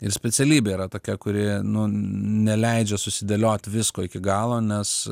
ir specialybė yra tokia kuri neleidžia susidėliot visko iki galo nes